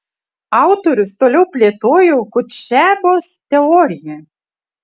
autorius toliau plėtojo kutšebos teoriją